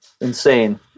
Insane